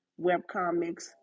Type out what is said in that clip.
webcomics